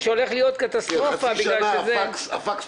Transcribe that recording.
שהולך להיות קטסטרופה בגלל שזה --- חצי שנה הפקס לא עבד.